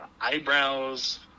Eyebrows